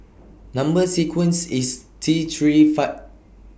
Number sequence IS T three five